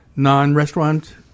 non-restaurant